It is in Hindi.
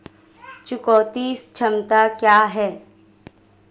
चुकौती क्षमता क्या है?